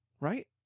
Right